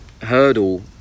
hurdle